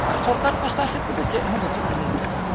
ᱟᱨ ᱥᱚᱨᱠᱟᱨ ᱯᱟᱥᱴᱟ ᱥᱮᱫ ᱠᱷᱚᱱ ᱫᱚ ᱪᱮᱫ ᱦᱚᱸ ᱵᱟᱹᱪᱩᱜ ᱟᱱᱟ ᱱᱚᱛᱮ ᱫᱚ